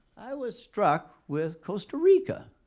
i was struck with costa rica.